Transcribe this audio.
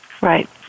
Right